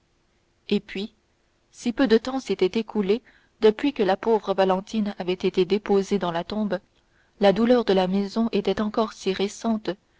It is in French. et puis si peu de temps s'était écoulé depuis que la pauvre valentine avait été déposée dans la tombe la douleur de la maison était encore si récente